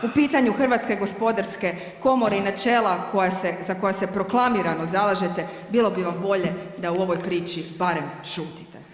U pitanju Hrvatske gospodarske komore i načela koja se, za koja se proklamirano zalažete bilo bi vam bolje da u ovoj priči barem šutite.